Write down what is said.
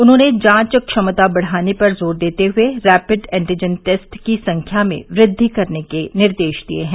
उन्होंने जांच क्षमता बढ़ाने पर जोर देते हुए रैपिड एन्टीजन टेस्ट की संख्या में वृद्धि करने के निर्देश दिए हैं